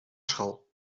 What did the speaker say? school